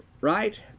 right